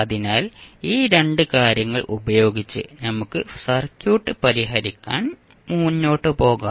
അതിനാൽ ഈ 2 കാര്യങ്ങൾ ഉപയോഗിച്ച് നമുക്ക് സർക്യൂട്ട് പരിഹരിക്കാൻ മുന്നോട്ട് പോകാം